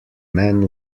man